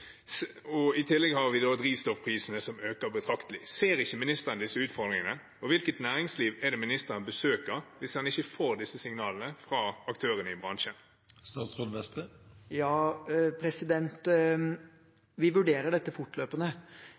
I tillegg har vi drivstoffprisene, som øker betraktelig. Ser ikke ministeren disse utfordringene? Og hvilket næringsliv er det ministeren besøker, hvis han ikke får disse signalene fra aktørene i bransjene? Vi vurderer dette fortløpende.